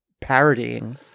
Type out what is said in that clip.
parodying